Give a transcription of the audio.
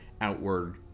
outward